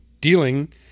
dealing